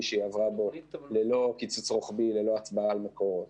שהיא עברה ללא קיצוץ רוחבי וללא הצבעה על מקורות.